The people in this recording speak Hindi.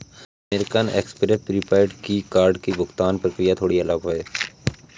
अमेरिकन एक्सप्रेस प्रीपेड कार्ड की भुगतान प्रक्रिया थोड़ी अलग है